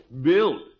Build